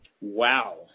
Wow